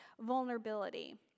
vulnerability